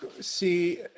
see